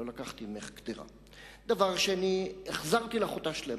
לא לקחתי ממך קדרה, דבר שני, החזרתי לך אותה שלמה,